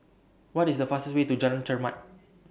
What IS The fastest Way to Jalan Chermat